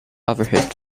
overhead